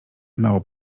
mało